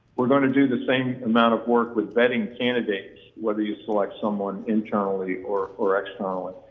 we're going to do the same amount of work with vetting candidates whether you select someone internally or or externally.